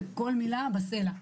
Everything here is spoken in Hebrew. כל מילה בסלע.